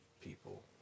people